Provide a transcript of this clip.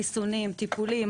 חיסונים, טיפולים.